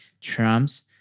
Trump's